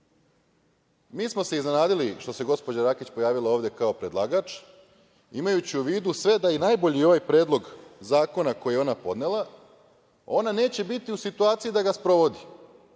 smo se iznenadili što se gospođa Rakić pojavila ovde kao predlagač, imajući u vidu sve, da je i najbolji ovaj Predlog zakona koji je ona podnela, ona neće biti u situaciji da ga sprovodi,